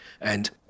And-